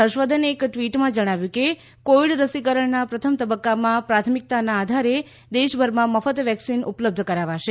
હર્ષવર્ધને એક ટ્વીટમાં જણાવ્યું કે કોવિડ રસીકરણના પ્રથમ તબક્કામાં પ્રાથમિકતાના આધારે દેશભરમાં મફત વેક્સીન ઉપલબ્ધ કરાવાશે